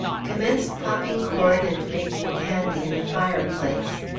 commenced popping corn and making candy in the fireplace.